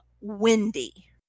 windy